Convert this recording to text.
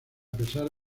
pesar